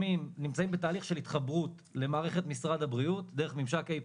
נמצאים בתהליך של התחברות למערכת משרד הבריאות דרך ממשק API